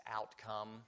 outcome